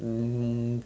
um